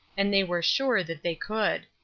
and they were sure that they could.